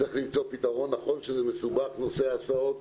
נכון שנושא ההסעות הוא מסובך